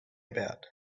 about